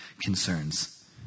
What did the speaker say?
concerns